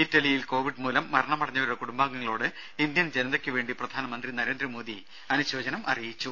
ഇറ്റലിയിൽ കോവിഡ് മൂലം മരണമടഞ്ഞവരുടെ കുടുംബാംഗങ്ങളോട് ഇന്ത്യൻ ജനതക്കുവേണ്ടി പ്രധാനമന്ത്രി നരേന്ദ്രമോദി അനുശോചനം അറിയിച്ചു